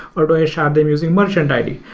or do i shard them using merchant id?